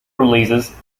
releases